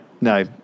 no